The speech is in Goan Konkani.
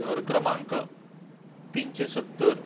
घर क्रमांक तिनशे सत्तर